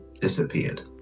disappeared